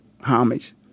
homage